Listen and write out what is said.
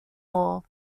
law